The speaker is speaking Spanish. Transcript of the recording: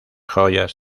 joyas